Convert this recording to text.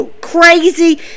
crazy